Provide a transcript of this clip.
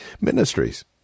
Ministries